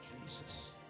Jesus